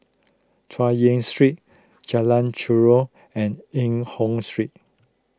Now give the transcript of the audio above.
Chay Yan Street Jalan Chorak and Eng Hoon Street